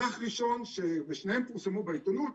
ושניהם פורסמו בעיתונות.